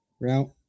Route